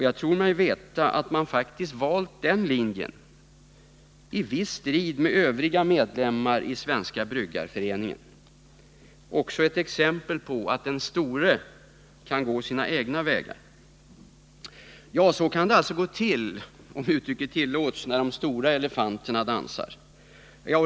Jag tror mig veta att man valt den linje i viss strid med övriga medlemmar i Svenska bryggareföreningen — också ett exempel på att den store kan gå sina egna vägar. Ja, så kan det alltså gå till när — om uttrycket tillåts — de stora elefanterna dansar.